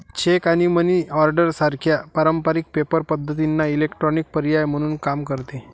check आणि money order सारख्या पारंपारिक पेपर पद्धतींना इलेक्ट्रॉनिक पर्याय म्हणून काम करते